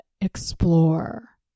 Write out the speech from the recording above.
explore